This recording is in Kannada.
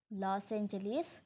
Los Angeles